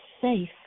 safe